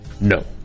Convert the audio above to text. No